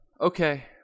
Okay